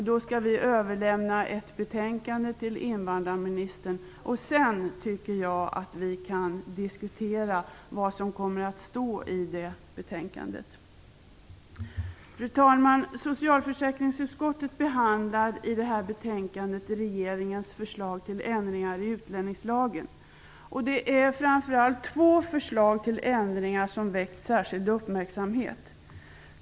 Då skall vi överlämna ett betänkande till invandrarministern. Sedan tycker jag att vi kan diskutera det som kommer att stå i detta betänkande. Fru talman! Socialförsäkringsutskottet behandlar i det här betänkandet regeringens förslag till ändringar i utlänningslagen. Det är framför allt två förslag till ändringar som väckt särskild uppmärksamhet.